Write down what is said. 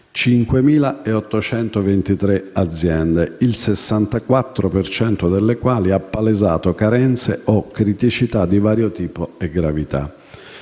5.823 aziende, il 64 per cento delle quali ha palesato carenze o criticità di vario tipo e gravità.